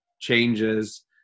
changes